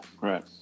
Right